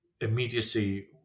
immediacy